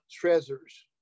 treasures